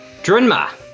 Drinma